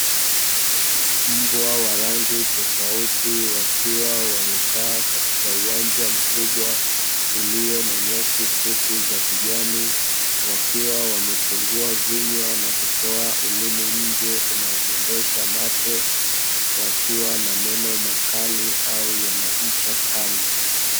Mbwa wa rangi tofauti wakiwa wamekaa katika uwanja mkubwa ulio na nyasi fupi za kijani, wakiwa wamefungua vinywa na kutoa ulimi nje unaodondosha mate, wakiwa na meno makali au yana ncha kali.